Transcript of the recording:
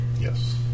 Yes